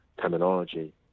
terminology